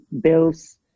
bills